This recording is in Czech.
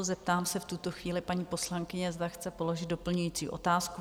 Zeptám se v tuto chvíli paní poslankyně, zda chce položit doplňující otázku?